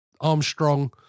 Armstrong